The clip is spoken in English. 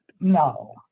no